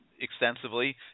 extensively